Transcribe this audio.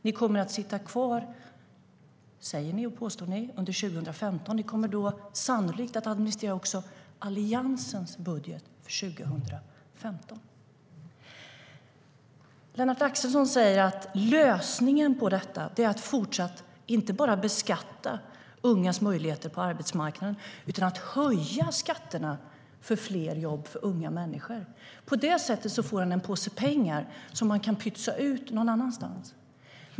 Ni kommer att sitta kvar, påstår ni, under 2015, och då kommer ni sannolikt att administrera Alliansens budget för 2015.Lennart Axelsson säger att lösningen på problemet är att fortsatt inte bara beskatta ungas möjligheter på arbetsmarknaden utan höja skatterna för unga människor. På det sättet får han en påse pengar som han kan pytsa ut någon annanstans.